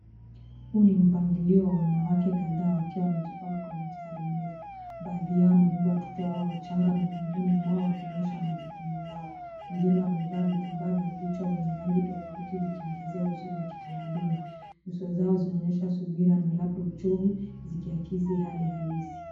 Huu ni mpangilio wa wanawake kadhaa wakiwa wamejipanga kwenye mstari mrefu. Baadhi yao wamebeba watoto wao wachanga migongoni mwao wakionyesha majukumu yao. Wengine wamevaa vitambaa vya kichwa vyenye rangi tofauti vikiongezea uzuri wa kitamaduni. Nyuso zao zinaonyesha subira na labda uchovu zikiakisi hali halisi.